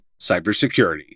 cybersecurity